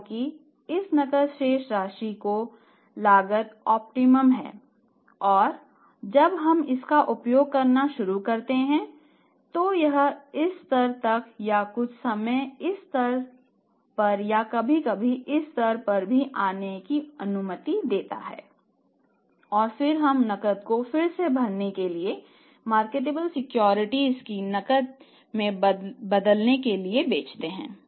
क्योंकि इस नकद शेष राशि की लागत ऑप्टिममको नकद में बदलने के लिए बेचते हैं